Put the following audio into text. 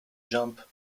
jump